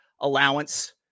Allowance